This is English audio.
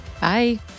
Bye